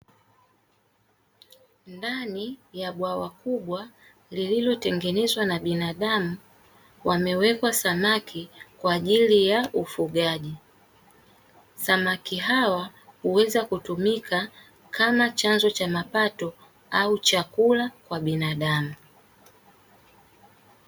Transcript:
Ndani ya bwawa kubwa lililotengenezwa na binadamu wamewekwa samaki kwajili ya ufugaji, samaki hawa uweza kutumika kama chanzo mapato au cha chakula cha binadamu.